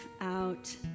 out